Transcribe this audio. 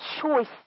choice